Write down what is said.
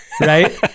Right